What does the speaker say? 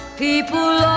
people